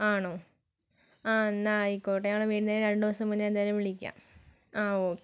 ആണോ ആ എന്നാൽ ആയിക്കോട്ടെ വരുന്നതിന് രണ്ടുദിവസം മുന്നേ എന്തായാലും വിളിക്കാം ആ ഓക്കെ